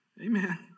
Amen